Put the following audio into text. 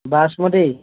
basmati